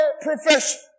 profession